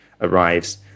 arrives